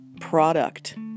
product